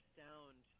sound